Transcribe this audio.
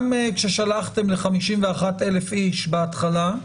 גם כששלחתם ל-51,000 איש בהתחלה,